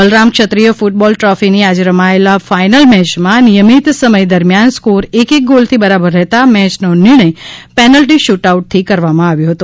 Balram Kshatriya football દ્રોફીના આજે રમાયેલા ફાઇનલ મેચમાં નિયમિત સમય દરમિયાન સ્કોર એક એક ગોલથી બરાબર રહેતા મેયનો નિર્ણય પેનલ્ટી શૂટ આઉટથી કરવામાં આવ્યો હતો